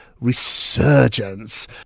resurgence